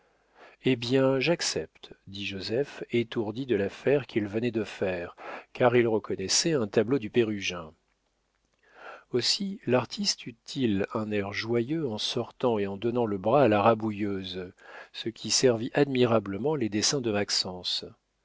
eh bien j'accepte dit joseph étourdi de l'affaire qu'il venait de faire car il reconnaissait un tableau du pérugin aussi l'artiste eut-il un air joyeux en sortant et en donnant le bras à la rabouilleuse ce qui servit admirablement les desseins de maxence